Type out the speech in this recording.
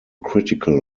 critical